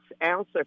answer